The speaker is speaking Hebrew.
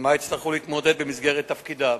שעמה יצטרכו להתמודד במסגרת תפקידם.